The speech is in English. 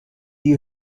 you